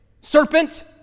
serpent